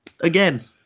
Again